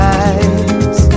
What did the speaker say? eyes